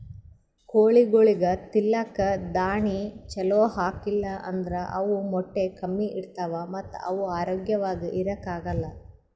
ಕೋಳಿಗೊಳಿಗ್ ತಿಲ್ಲಕ್ ದಾಣಿ ಛಲೋ ಹಾಕಿಲ್ ಅಂದ್ರ ಅವ್ ಮೊಟ್ಟೆ ಕಮ್ಮಿ ಇಡ್ತಾವ ಮತ್ತ್ ಅವ್ ಆರೋಗ್ಯವಾಗ್ ಇರಾಕ್ ಆಗಲ್